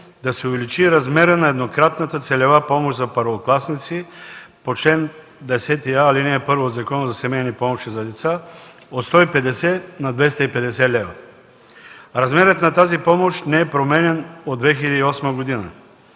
да се увеличи размерът на еднократната целева помощ за първокласници по чл. 10а, ал. 1 от Закона за семейни помощи за деца от 150 на 250 лв. Размерът на тази помощ не е променян от 2008 г.